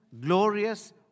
glorious